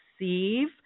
receive